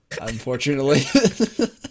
unfortunately